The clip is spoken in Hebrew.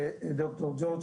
אדוני?